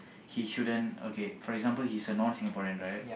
he shouldn't okay for example he's a non Singaporean right